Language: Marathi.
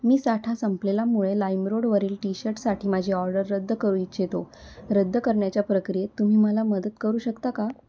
मी साठा संपलेल्यामुळे लाईमरोडवरील टी शर्टसाठी माझी ऑर्डर रद्द करू इच्छितो रद्द करण्याच्या प्रक्रियेत तुम्ही मला मदत करू शकता का